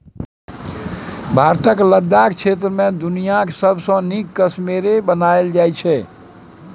भारतक लद्दाख क्षेत्र मे दुनियाँक सबसँ नीक कश्मेरे बनाएल जाइ छै